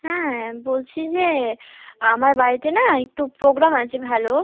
হ্যাঁ বলছি যে আমার বাড়িতে না একটু প্রোগ্রাম আছে ভালো